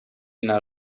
now